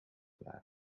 waren